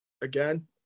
again